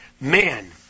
man